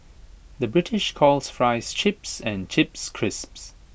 the British calls Fries Chips and Chips Crisps